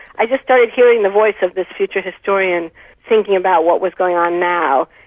i just started hearing the voice of this future historian thinking about what was going on now,